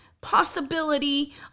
possibility